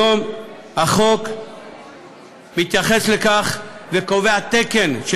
היום החוק מתייחס לכך וקובע תקן של